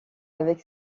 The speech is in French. avec